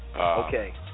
Okay